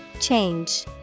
Change